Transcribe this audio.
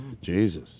jesus